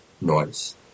noise